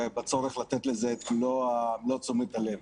ובצורך לתת לזה את מלוא תשומת הלב.